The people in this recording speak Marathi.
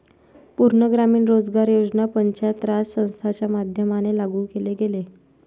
पूर्ण ग्रामीण रोजगार योजना पंचायत राज संस्थांच्या माध्यमाने लागू केले गेले